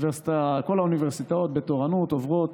כל האוניברסיטאות בתורנות עוברות